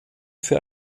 für